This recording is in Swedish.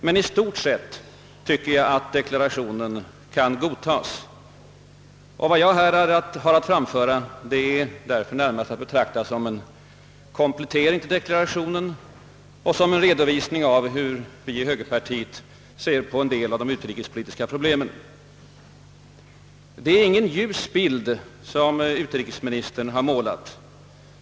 Men i stort sett tycker jag att deklarationen kan godtas, och vad jag här har att framföra är därför närmast att betrakta som en komplettering till deklarationen och: som en redovisning av hur vi i högerpartiet ser på en del av de utrikespolitiska problemen. Det är ingen ljus bild som utrikesministern har målet.